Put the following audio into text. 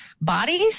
bodies